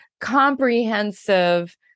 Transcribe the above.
comprehensive